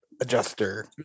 Adjuster